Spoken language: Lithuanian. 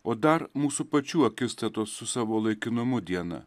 o dar mūsų pačių akistatos su savo laikinumu diena